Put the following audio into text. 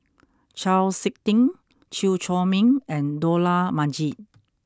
Chau Sik Ting Chew Chor Meng and Dollah Majid